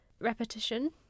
repetition